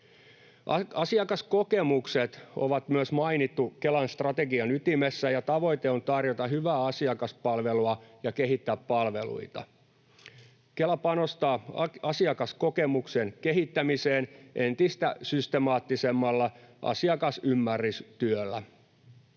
Asiakaskokemukset on myös mainittu Kelan strategian ytimessä, ja tavoitteena on tarjota hyvää asiakaspalvelua ja kehittää palveluita. Kela panostaa asiakaskokemuksen kehittämiseen entistä systemaattisemmalla asiakasymmärrystyöllä.